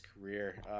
career